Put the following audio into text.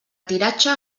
tiratge